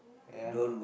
ya